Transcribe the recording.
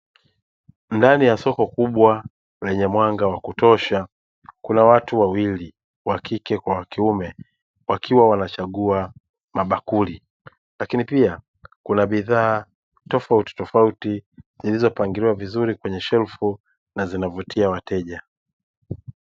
Ndani ya soko kubwa lenye mwanga wa kutosha, kuna watu wawili (wa kike kwa wa kiume) wakiwa wanachagua mabakuli. Lakini pia kuna bidhaa tofautitofauti zilizopangiliwa vizuri kwenye shelfu na zinavutia wateja.